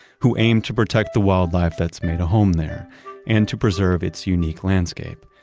who aim to protect the wildlife that's made a home there and to preserve its unique landscape,